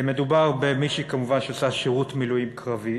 מדובר, כמובן, במישהי שעושה שירות מילואים קרבי,